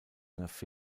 mit